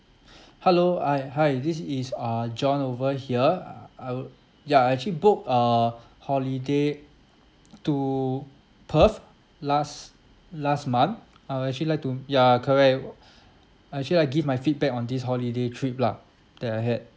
hello I hi this is uh john over here I would ya I actually booked a holiday to perth last last month I would actually like to ya correct I actually like to give my feedback on this holiday trip lah that I had